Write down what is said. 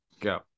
go